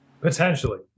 Potentially